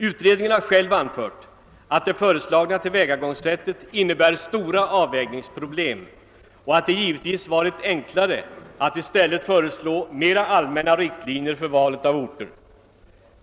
Utredningen har själv anfört att det föreslagna tillvägagångssättet innebär stora avvägningsproblem och att det givetvis hade varit enklare att i stället föreslå mera allmänna riktlinjer för valet av orter.